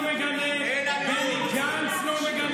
אתה לא מגנה, לפיד לא מגנה, גנץ לא מגנה.